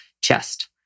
chest